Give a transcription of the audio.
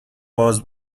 باز